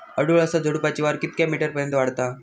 अडुळसा झुडूपाची वाढ कितक्या मीटर पर्यंत वाढता?